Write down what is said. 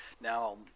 Now